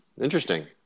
interesting